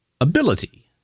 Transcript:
ability